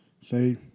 say